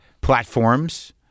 platforms